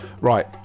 right